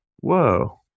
Whoa